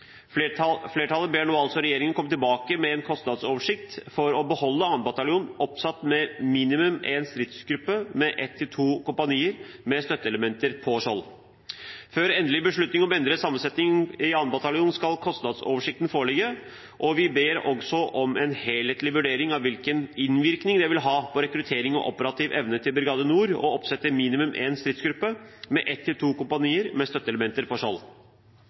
å beholde 2. bataljon oppsatt med minimum én stridsgruppe med ett til to kompanier med støtteelementer på Skjold. Før endelig beslutning om endret sammensetning i 2. bataljon skal kostnadsoversikten foreligge, og vi ber også om en helhetlig vurdering av hvilken innvirkning det vil ha på rekruttering og operativ evne til Brigade Nord å oppsette minimum én stridsgruppe med ett til to kompanier med støtteelementer